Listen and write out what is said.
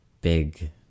big